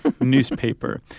newspaper